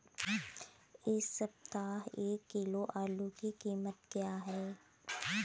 इस सप्ताह एक किलो आलू की कीमत क्या है?